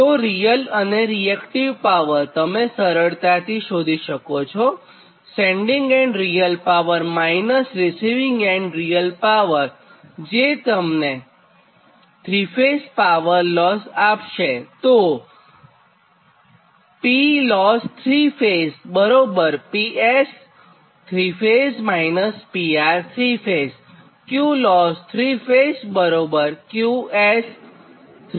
તો રીયલ અને reactive power સરળતાથી તમે શોધી શકો છો sending end real power minus receiving end real પાવરજે તમને 3 ફેઝ પાવર લોસ આપશે